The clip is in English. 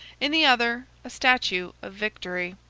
in the other a statue of victory.